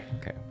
Okay